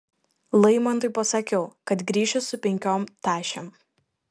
laimontui pasakiau kad grįšiu su penkiom tašėm